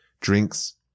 Drinks